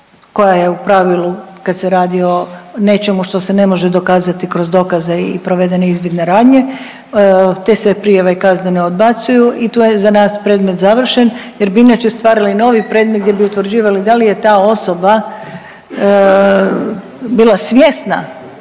koja je u pravilu kad se radi o nečemu što se ne može dokazati kroz dokaze i provedene izvidne radnje te se prijave kaznene odbacuju i tu je za nas predmet završen jer bi inače stvarali novi predmet gdje bi utvrđivali da li je ta osoba bila svjesna